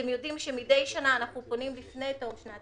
אתם יודעים שמידי שנה אנחנו פונים לפני תום שנת